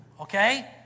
Okay